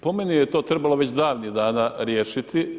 Po meni je to trebalo već davnih dana riješiti.